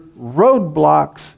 roadblocks